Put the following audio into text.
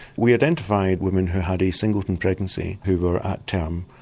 we identified women who had a singleton pregnancy who were at term,